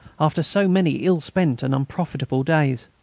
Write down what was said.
after so many ill-spent and unprofitable days.